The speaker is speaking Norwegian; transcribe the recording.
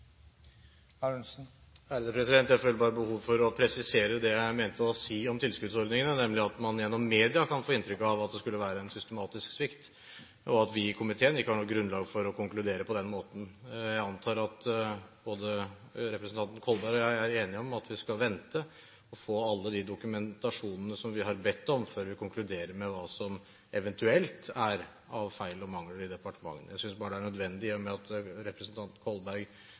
å presisere det jeg mente å si om tilskuddsordningene, nemlig at man gjennom media kan få inntrykk av at det skulle være en systematisk svikt, og at vi i komiteen ikke har noe grunnlag for å konkludere på den måten. Jeg antar at både representanten Kolberg og jeg er enige om at vi skal vente og få all den dokumentasjonen som vi har bedt om, før vi konkluderer med hva som eventuelt er av feil og mangler i departementene. Jeg synes bare det er nødvendig å si det, i og med at representanten Kolberg